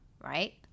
Right